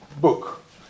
book